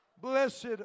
Blessed